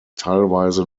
teilweise